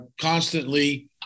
constantly